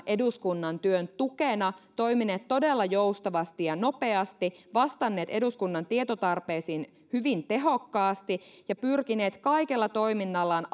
eduskunnan työn tukena toimineet todella joustavasti ja nopeasti vastanneet eduskunnan tietotarpeisiin hyvin tehokkaasti ja pyrkineet kaikella toiminnallaan